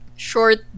Short